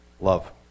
love